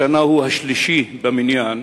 השנה הוא השלישי במניין,